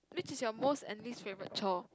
which is your most and least favorite chore